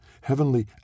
Heavenly